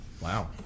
Wow